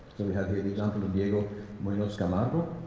we have here the example of diego munoz camargo.